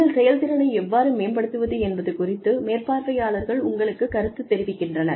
உங்கள் செயல்திறனை எவ்வாறு மேம்படுத்துவது என்பது குறித்து மேற்பார்வையாளர்கள் உங்களுக்குக் கருத்துத் தெரிவிக்கின்றனர்